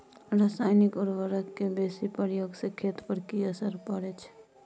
रसायनिक उर्वरक के बेसी प्रयोग से खेत पर की असर परै छै?